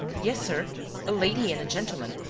yes, sir a lady and gentleman.